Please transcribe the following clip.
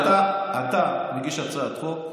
אמרתי: אתה מגיש הצעת חוק,